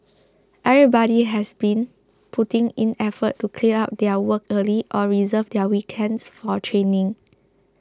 everybody has been putting in effort to clear out their work early or reserve their weekends for training